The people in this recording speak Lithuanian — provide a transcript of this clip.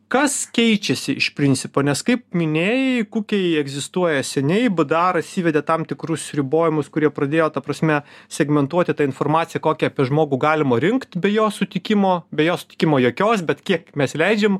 kas keičiasi iš principo nes kaip minėjai kukiai egzistuoja seniai bdaras įvedė tam tikrus ribojimus kurie pradėjo ta prasme segmentuoti tą informaciją kokią apie žmogų galima rinkt be jo sutikimo be jo sutikimo jokios bet kiek mes leidžiam